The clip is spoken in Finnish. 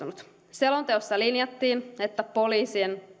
selonteossa linjattiin että poliisien